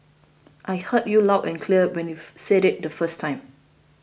I heard you loud and clear when you said it the first time